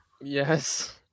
Yes